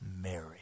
Mary